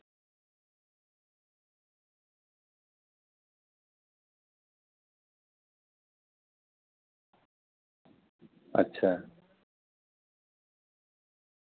ᱟᱪᱪᱷᱟ